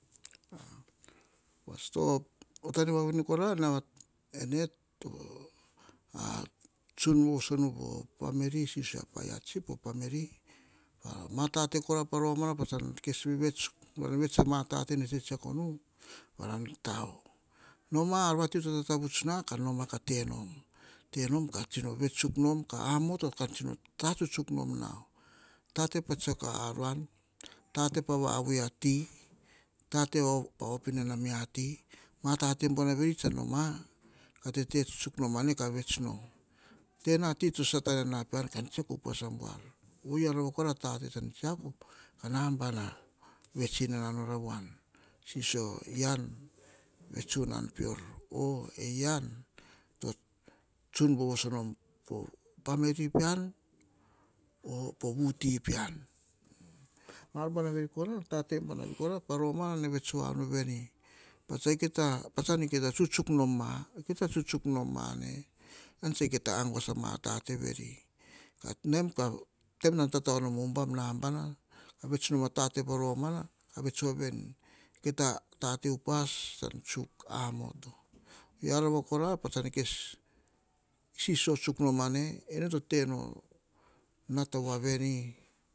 Upas, to, yata ne voa vene kora na, ene to, tsun voso po family sisio a paa chip, chip po family. Ka pa matate pa romana, tsan kes vevets pa romana. Vevets a matate nene tsetsako nu. Varom touo nama, ar vati to tata vuts kom noma ka tenom, tenom ka vvets tsuk nom. Ka, amoto, kon tsino ta tsutsuk nom nao, tate pa tsiak a ren, tate pa vavui ati, tate pa op inana ati. Ma tate buar veni tsan noma ka tate pa op inana ati. Ma tate buar veni tsan noma, ka tete tsuk nom ane ka vevets nom. Tena ti to sata ene pean, tsiako upas abuar. Oyia rova kora tate tsan tsiako, ka nabana vets inana nor avoan. Sisio ean ve tsunan peor'o, ean to tsun vovoso nom po family pean, 'o' po vuti pean. Ma ar buar veri kora, tate buana vei kora pa romana, ne vets voa nu veni patsan kita tsutsuk noma, kita tsutsuk noma ne, ean tsa kita aguas a ma tate veri. Ka naim, ka, toim non tatao nom o ubom nabom, vets nom a tate upas tsan tsuk amoto, oyia rova kora, patsan isiso tsuk nom a ne nata voa veni.